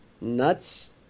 nuts